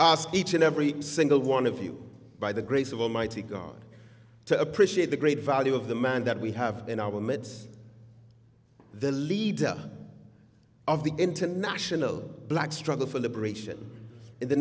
know each and every single one of you by the grace of almighty god to appreciate the great value of the man that we have in our midst the leader of the international black struggle for liberation in the